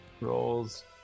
rolls